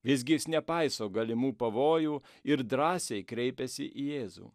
visgi jis nepaiso galimų pavojų ir drąsiai kreipiasi į jėzų